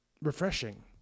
refreshing